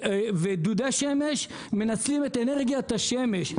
ודודי שמש מנצלים את אנרגיית השמש.